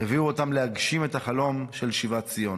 הביאו אותם להגשים את החלום של שיבת ציון.